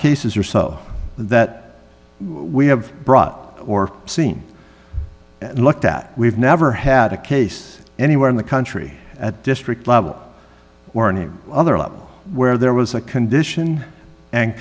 cases or so that we have brought up or seen looked at we've never had a case anywhere in the country at district level or any other level where there was a condition and